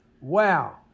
wow